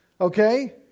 okay